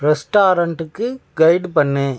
ரெஸ்டாரன்ட்டுக்கு guide பண்ணு